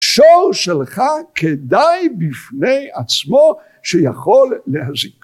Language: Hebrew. שור שלך כדאי בפני עצמו שיכול להזיק.